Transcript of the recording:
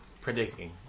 Predicting